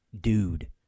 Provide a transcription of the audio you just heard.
dude